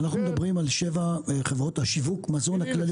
אנחנו מדברים על שבע חברות השיווק מזון הכלליות?